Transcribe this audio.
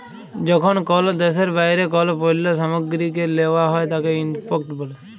যখন কল দ্যাশের বাইরে কল পল্য সামগ্রীকে লেওয়া হ্যয় তাকে ইম্পোর্ট ব্যলে